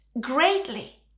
greatly